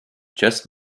just